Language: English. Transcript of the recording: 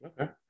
Okay